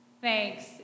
Thanks